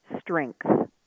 strength